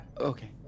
okay